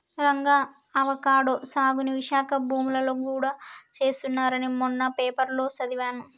Ranga avocado సాగుని విశాఖ భూములలో గూడా చేస్తున్నారని మొన్న పేపర్లో సదివాను